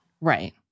right